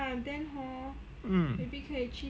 mm